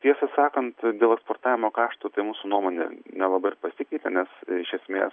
tiesą sakant dėl eksportavimo kaštų tai mūsų nuomonė nelabai ir pasikeitė nes iš esmės